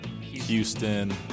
Houston